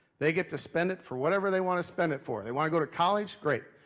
they get to spend it for whatever they want to spend it for. they wanna go to college? great.